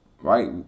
right